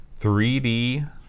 3D